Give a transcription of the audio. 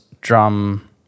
drum